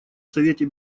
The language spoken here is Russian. совете